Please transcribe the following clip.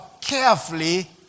carefully